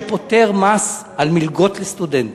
חוק שפוטר ממס מלגות לסטודנטים,